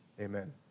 Amen